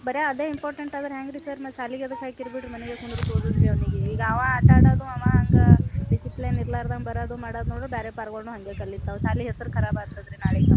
ಬರಿ ಅದೇ ಇಂಪಾರ್ಟೆಂಟ್ ಆದರೆ ಹೆಂಗೆ ರೀ ಸರ್ ಮತ್ತು ಸಾಲೆಗೆ ಎದಕೆ ಹಾಕೀರಿ ಬಿಡಿರಿ ಮನೆಗೆ ಕುಂದ್ರುಸಿ ಓದಿಸಿರಿ ಅವನಿಗೆ ಈಗ ಅವ ಆಟ ಅದೊಂದು ಅವ ಹಂಗೆ ಡಿಸಿಪ್ಲಿನ್ ಇಲ್ಲಾರ್ದಂಗೆ ಬರೋದು ಮಾಡೋದು ನೋಡಿದರೆ ಬೇರೆ ಪಾರ್ಗೊಳ್ನು ಹಾಗೆ ಕಲಿತಾವೆ ಸಾಲೆ ಹೆಸ್ರು ಖರಾಬ್ ಆತ್ತದೆ ರೀ ನಾಳಿಗೆ ನಮ್ಮದು